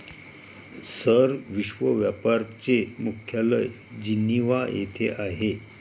sir, विश्व व्यापार चे मुख्यालय जिनिव्हा येथे आहे